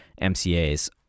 MCA's